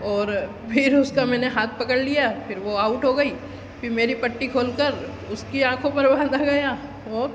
और फिर मैंने उसका हाथ पकड़ लिया फिर वो आउट हो गई फिर मेरी पट्टी खोल कर उसकी आँखों पार बांधा गया और